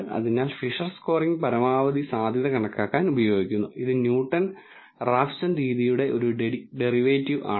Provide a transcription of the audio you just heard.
അതിനാൽ ഫിഷറിന്റെ സ്കോറിംഗ് പരമാവധി സാധ്യത കണക്കാക്കാൻ ഉപയോഗിക്കുന്നു ഇത് ന്യൂട്ടൺ റാഫ്സൺ രീതിയുടെ ഒരു ഡെറിവേറ്റീവ് ആണ്